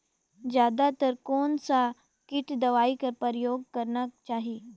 जादा तर कोन स किट दवाई कर प्रयोग करना चाही?